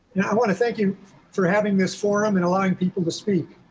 and i wanna thank you for having this forum and allowing people to speak.